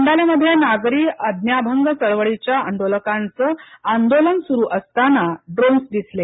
मंडालेमध्ये नागरी आज्ञाभंग चळवळीच्या आंदोलकांचं आंदोलन सुरू असताना ड्रोन्स दिसले